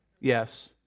Yes